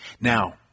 Now